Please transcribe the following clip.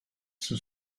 sous